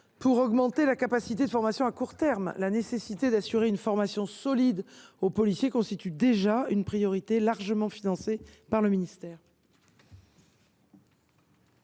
pour augmenter la capacité de formation à court terme. La nécessité d’assurer une formation solide aux policiers constitue déjà une priorité largement financée par le ministère.